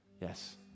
Yes